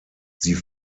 sie